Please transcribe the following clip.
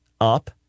up